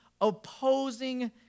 opposing